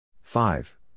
Five